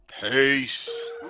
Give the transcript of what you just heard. Peace